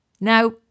Now